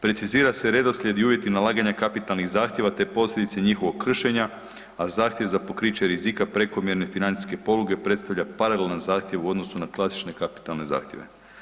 Precizira se redoslijed i uvjeti nalaganja kapitalnih zahtjeva, te posljedice njihovog kršenja, a zahtjev za pokriće rizika prekomjerne financijske poluge predstavlja paralelan zahtjev u odnosu na klasične kapitalne zahtjeve.